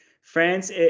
France